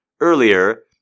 Earlier